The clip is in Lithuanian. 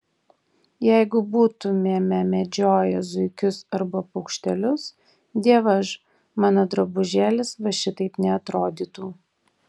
jeigu būtumėme medžioję zuikius arba paukštelius dievaž mano drabužėlis va šitaip neatrodytų